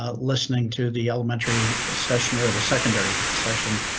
ah listening to the elementary session or the secondary session.